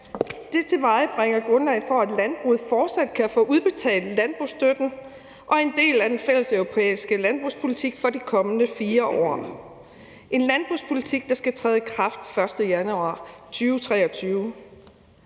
tilvejebringer grundlaget for, at landbruget fortsat kan få udbetalt landbrugsstøtte og deltage i den fælles europæiske landbrugspolitik for de kommende 4 år, og det er en landbrugspolitik, der skal træde i kraft den 1. januar 2023.